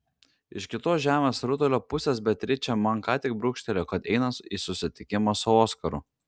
iš kitos žemės rutulio pusės beatričė man ką tik brūkštelėjo kad eina į susitikimą su oskaru